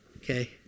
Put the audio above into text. Okay